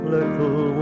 Little